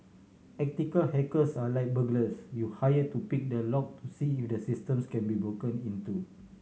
ethical hackers are like burglars you hire to pick the lock to see if the systems can be broken into